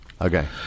Okay